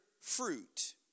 fruit